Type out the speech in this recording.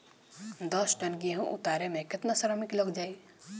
दस टन गेहूं उतारे में केतना श्रमिक लग जाई?